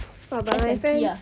!wah! but my friend